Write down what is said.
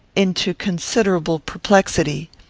into considerable perplexity.